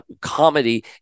comedy